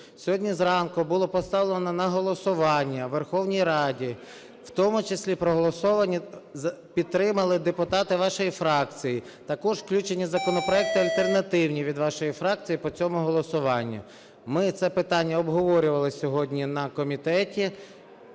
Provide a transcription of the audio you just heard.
Сьогодні зранку було поставлено на голосування в Верховній Раді. В тому числі проголосовані, підтримали депутати вашої фракції. Також включені законопроекти альтернативні від вашої фракції по цьому голосуванню. Ми це питання обговорювали сьогодні на комітеті.